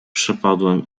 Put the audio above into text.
przepadłem